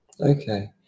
Okay